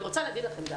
אני רוצה גם להגיד לכם,